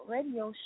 Radio